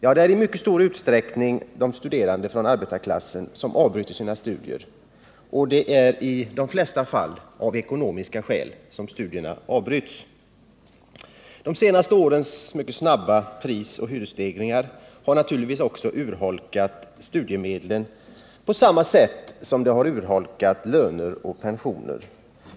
Jo, det är i stor utsträckning studerande från arbetarklassen som avbryter sina studier, och det är i de flesta fall av ekonomiska skäl. De senaste årens mycket snabba prisoch hyresstegringar har naturligtvis urholkat studiemedlen på samma sätt som de har urholkat löner och pensioner.